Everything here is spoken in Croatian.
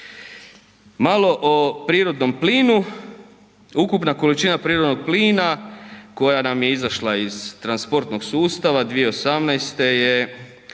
Malo o prirodnom plinu. Ukupna količina prirodnog plina koja nam je izašla iz transportnog sustava 2018. je